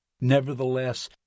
nevertheless